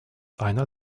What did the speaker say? einer